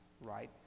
right